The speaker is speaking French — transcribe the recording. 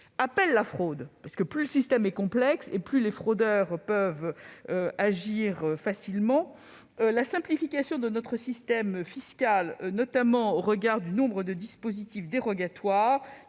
appelle la fraude : plus le système est complexe, plus les fraudeurs peuvent agir facilement. La simplification de notre système fiscal, notamment au regard du nombre de dispositifs dérogatoires,